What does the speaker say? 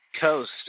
coast